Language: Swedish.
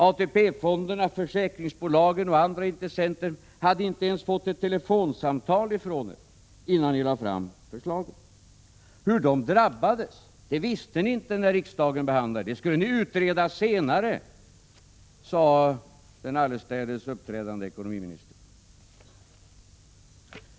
ATP-fonderna, försäkringsbolagen och andra intressenter hade inte ens fått ett telefonsamtal från er, innan ni lade fram förslagen. Hur de drabbades visste ni inte när riksdagen behandlade förslagen — det skulle ni utreda senare, sade den allestädes uppträdande ekonomiministern.